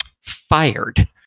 fired